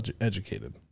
educated